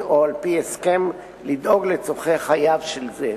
או על-פי הסכם לדאוג לצורכי חייו של זה.